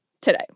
today